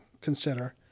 consider